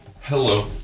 Hello